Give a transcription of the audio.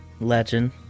Legend